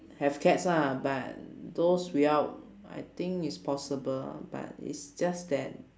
have cats lah but those without I think it's possible but it's just that